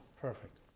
perfect